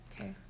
okay